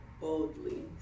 boldly